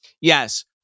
Yes